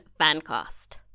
Fancast